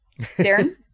Darren